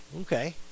Okay